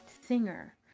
singer